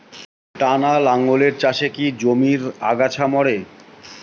টানা লাঙ্গলের চাষে কি জমির আগাছা মরে?